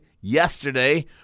yesterday